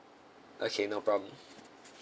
okay no problem